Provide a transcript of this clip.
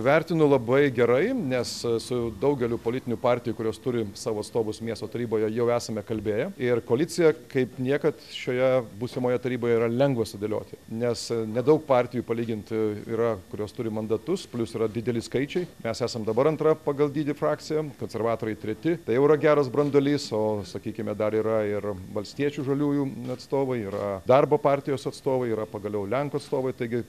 vertinu labai gerai nes su daugeliu politinių partijų kurios turi savo atstovus miesto taryboje jau esame kalbėję ir koalicija kaip niekad šioje būsimoje taryboje yra lengva sudėlioti nes nedaug partijų palyginti yra kurios turi mandatus plius yra dideli skaičiai mes esam dabar antra pagal dydį frakcija konservatoriai treti tai jau yra geras branduolys o sakykime dar yra ir valstiečių žaliųjų atstovai yra darbo partijos atstovai yra pagaliau lenkų atstovai taigi